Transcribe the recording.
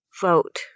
Vote